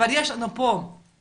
אבל יש לנו פה אזרחים,